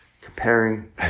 Comparing